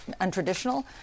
untraditional